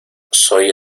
soy